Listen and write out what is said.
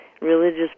Religious